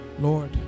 Lord